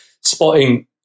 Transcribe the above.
spotting